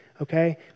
okay